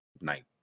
night